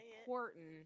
important